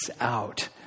out